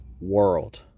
world